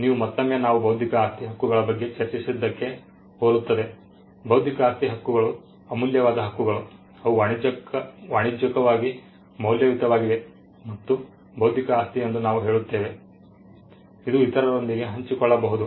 ಇದು ಮತ್ತೊಮ್ಮೆ ನಾವು ಬೌದ್ಧಿಕ ಆಸ್ತಿ ಹಕ್ಕುಗಳ ಬಗ್ಗೆ ಚರ್ಚಿಸಿದ್ದಕ್ಕೆ ಹೋಲುತ್ತದೆ ಬೌದ್ಧಿಕ ಆಸ್ತಿ ಹಕ್ಕುಗಳು ಅಮೂಲ್ಯವಾದ ಹಕ್ಕುಗಳು ಅವು ವಾಣಿಜ್ಯಿಕವಾಗಿ ಮೌಲ್ಯಯುತವಾಗಿವೆ ಮತ್ತು ಬೌದ್ಧಿಕ ಆಸ್ತಿ ಎಂದು ನಾವು ಹೇಳುತ್ತೇವೆ ಅದು ಇತರರೊಂದಿಗೆ ಹಂಚಿಕೊಳ್ಳಬಹುದು